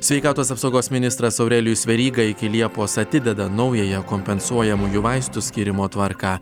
sveikatos apsaugos ministras aurelijus veryga iki liepos atideda naująją kompensuojamųjų vaistų skyrimo tvarką